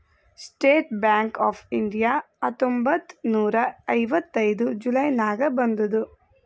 state bank of India ಹತ್ತೊಂಬತ್ತ್ ನೂರಾ ಐವತ್ತೈದು ಜುಲೈ ನಾಗ್ ಬಂದುದ್